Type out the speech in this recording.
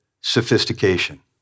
sophistication